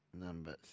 Number